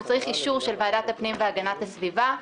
הוא צריך אישור של ועדת הפנים והגנת הסביבה.